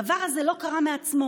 הדבר הזה לא קרה מעצמו,